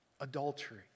adultery